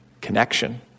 connection